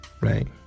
right